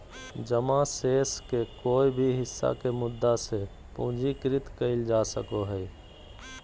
जमा शेष के कोय भी हिस्सा के मुद्दा से पूंजीकृत कइल जा सको हइ